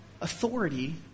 authority